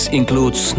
includes